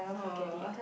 or